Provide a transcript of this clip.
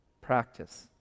practice